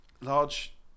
large